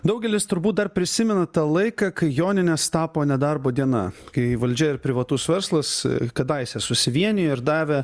daugelis turbūt dar prisimena tą laiką kai joninės tapo nedarbo diena kai valdžia ir privatus verslas kadaise susivienijo ir davė